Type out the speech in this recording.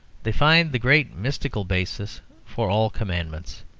they find the great mystical basis for all commandments.